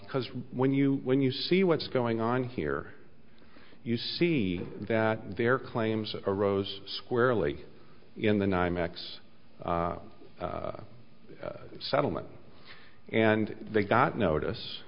because when you when you see what's going on here you see that their claims arose squarely in the nymex settlement and they got notice